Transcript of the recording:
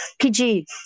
PG